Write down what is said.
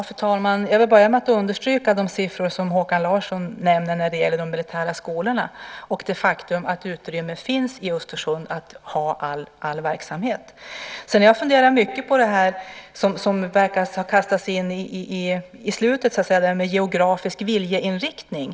Fru talman! Jag vill börja med att understryka de siffror som Håkan Larsson nämner när det gäller de militära skolorna och det faktum att det finns utrymme i Östersund för att ha all verksamhet där. Sedan har jag funderat mycket på detta med geografisk viljeinriktning.